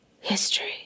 History